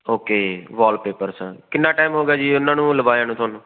okay wallpaper sir ਕਿੰਨਾ time ਹੋ ਗਿਆ ਜੀ ਉਹਨਾਂ ਨੂੰ ਲਵਾਇਆ ਨੂੰ ਤੁਹਾਨੂੰ